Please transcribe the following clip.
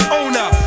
owner